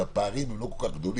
אז הפערים לא כל כך גדולים.